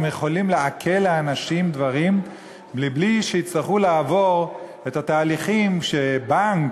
יכולים לעקל לאנשים דברים מבלי שיצטרכו לעבור את התהליכים שבנק,